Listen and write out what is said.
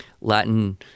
Latin